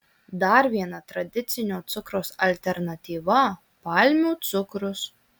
dar viena tradicinio cukraus alternatyva palmių cukrus